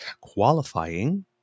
qualifying